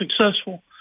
successful